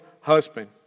husband